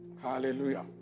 Hallelujah